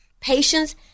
Patience